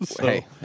Hey